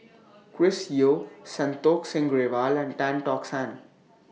Chris Yeo Santokh Singh Grewal and Tan Tock San